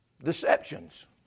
Deceptions